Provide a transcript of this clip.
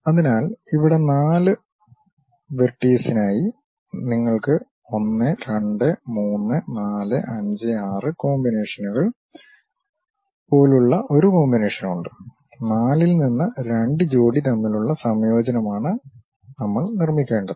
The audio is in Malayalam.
അതിനാൽ ഇവിടെ നാല് വെർട്ടീസസ്ക്കായി നമ്മൾക്ക് 1 2 3 4 5 6 കോമ്പിനേഷനുകൾ പോലുള്ള ഒരു കോമ്പിനേഷൻ ഉണ്ട് 4 ൽ നിന്ന് രണ്ട് ജോഡി തമ്മിലുള്ള സംയോജനമാണ് നമ്മൾ നിർമ്മിക്കേണ്ടത്